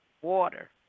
water